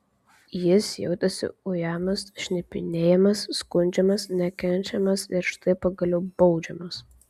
jis jautėsi ujamas šnipinėjamas skundžiamas nekenčiamas ir štai pagaliau baudžiamas